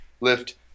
lift